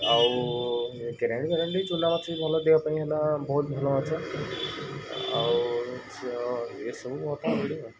ଆଉ କେରାଣ୍ଡି ଫେରାଣ୍ଡି ଚୂନାମାଛ ବି ଭଲ ଦେହପାଇଁ ହେଲା ବହୁତ ଭଲ ମାଛ ଆଉ ଏ ସବୁ ମିଳିବ